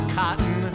cotton